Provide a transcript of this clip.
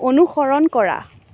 অনুসৰণ কৰা